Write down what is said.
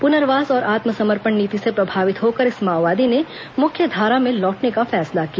पुनर्वास और आत्मसमर्पण नीति से प्रभावित होकर इस माओवादी ने मुख्यधारा में लौटने का फैसला किया